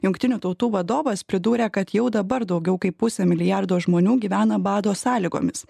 jungtinių tautų vadovas pridūrė kad jau dabar daugiau kaip pusė milijardo žmonių gyvena bado sąlygomis